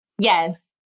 yes